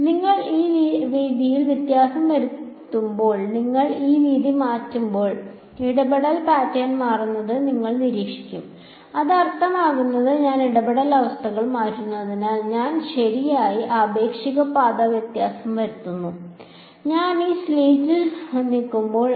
അതിനാൽ നിങ്ങൾ ഈ വീതിയിൽ വ്യത്യാസം വരുത്തുമ്പോൾ നിങ്ങൾ ഈ വീതി മാറ്റുമ്പോൾ ഇടപെടൽ പാറ്റേൺ മാറുന്നത് നിങ്ങൾ നിരീക്ഷിക്കും അത് അർത്ഥമാക്കുന്നത് ഞാൻ ഇടപെടൽ അവസ്ഥ മാറ്റുന്നതിനാൽ ഞാൻ ശരിയാണ് ആപേക്ഷിക പാത വ്യത്യാസം മാറുന്നു ഞാൻ ഈ സ്ലിറ്റ് നീക്കുമ്പോൾ